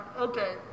Okay